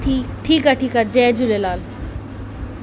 ठीकु ठीकु आहे ठीकु आहे जय झूलेलाल